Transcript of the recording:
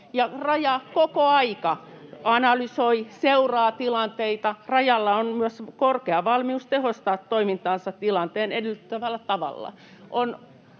Raja koko ajan analysoi, seuraa tilanteita. Rajalla on myös korkea valmius tehostaa toimintaansa tilanteen edellyttämällä tavalla.